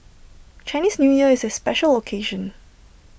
Chinese New Year is A special occasion